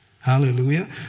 Hallelujah